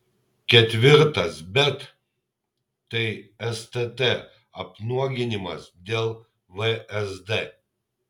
ketvirtas bet tai stt apnuoginimas dėl vsd